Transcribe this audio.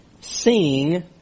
sing